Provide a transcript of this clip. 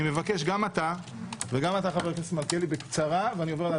אני מבקש בקצרה, ואני עובר להצבעה.